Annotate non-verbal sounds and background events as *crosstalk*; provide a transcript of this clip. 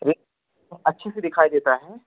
*unintelligible* एक अच्छे से दिखाई देता है